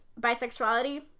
bisexuality